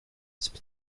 c’est